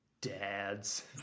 Dads